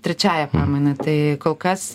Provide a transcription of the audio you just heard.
trečiąja pamaina tai kol kas